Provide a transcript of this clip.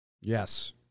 Yes